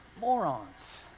morons